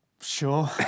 sure